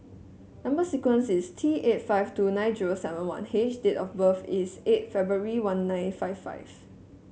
number sequence is T eight five two nine zero seven one H and date of birth is eight February one nine five five